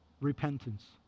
Repentance